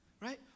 Right